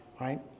right